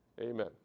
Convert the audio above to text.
Amen